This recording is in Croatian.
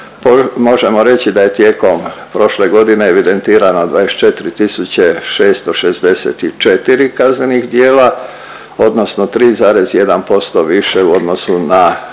možemo reći da je tijekom prošle godine evidentirano 24 664 kaznenih djela, odnosno 3,1% više u odnosu na